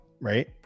right